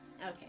Okay